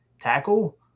tackle